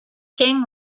king